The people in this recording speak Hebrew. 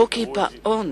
אותו קיפאון